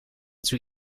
toe